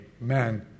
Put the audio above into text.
man